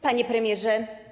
Panie Premierze!